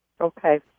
Okay